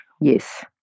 Yes